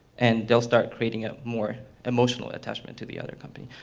and they'll start creating a more emotional attachment to the other company.